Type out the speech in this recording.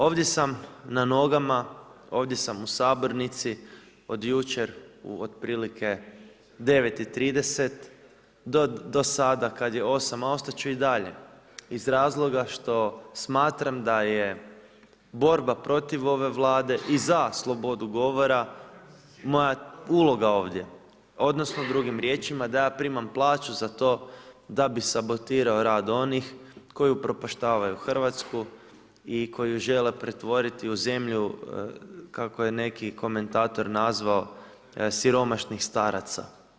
Ovdje sam na nogama, ovdje sam u sabornici od jučer u otprilike 9,30 do sada kad je 8,00 a ostat ću i dalje iz razloga što smatram da je borba protiv ove vlade i za slobodu govora moja uloga ovdje, odnosno drugim riječima, da ja primam plaću za to da bi sabotirao rad onih koji upropaštavaju Hrvatsku i koji ju žele pretvoriti u zemlju, kako je neki komentator nazvao, siromašnih staraca.